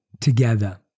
together